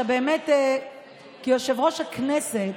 כיושב-ראש הכנסת,